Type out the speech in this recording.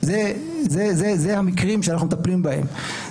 אלה המקרים שאנחנו מטפלים בהם.